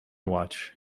watch